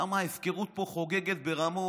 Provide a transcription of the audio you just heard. למה ההפקרות פה חוגגת ברמות,